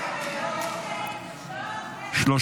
להעביר לוועדה את הצעת חוק רכזי ביטחון שוטף צבאיים,